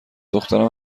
دخترم